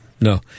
No